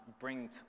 bring